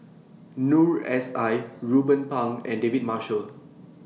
Noor S I Ruben Pang and David Marshall